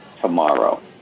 tomorrow